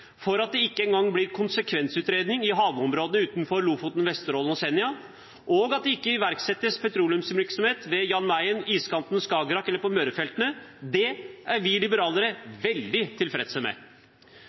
for at det ikke engang blir konsekvensutredning av havområdene utenfor Lofoten, Vesterålen og Senja, og at det ikke iverksettes petroleumsvirksomhet ved Jan Mayen, iskanten, Skagerrak eller på Mørefeltene. Det er vi liberalere